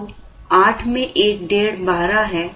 तो 8 में एक डेढ़ 12 है